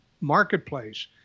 marketplace